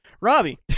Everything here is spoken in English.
Robbie